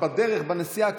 בדרך בנסיעה,